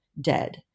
dead